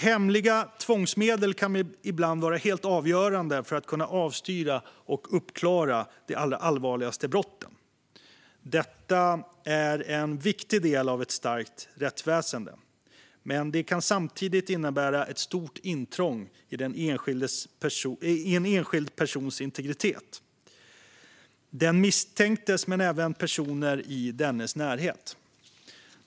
Hemliga tvångsmedel kan ibland vara helt avgörande för att kunna avstyra och uppklara de allra allvarligaste brotten. Detta är en viktig del av ett starkt rättsväsen. Men det kan samtidigt innebära ett stort intrång i integriteten för en enskild person - för den misstänkte, men även för personer i dennes närhet.